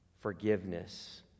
forgiveness